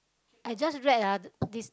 I just read ah about this